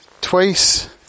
twice